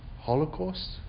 holocaust